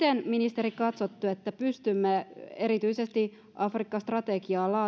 afrikassa miten ministeri katsotte että pystymme erityisesti afrikka strategiaa